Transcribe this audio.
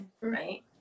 right